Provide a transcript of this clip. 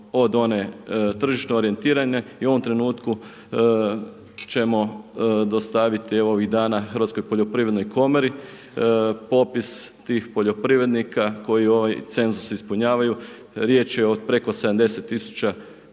od one tržišno orijentirane i u ovom trenutku ćemo dostaviti ovih dana hrvatskoj poljoprivrednoj komori popis tih poljoprivrednika koji ovaj cenzus ispunjavaju, riječ je o preko 70 000